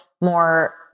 more